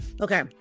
Okay